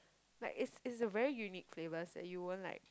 like it's it's a very unique flavors and you won't like